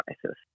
crisis